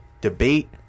debate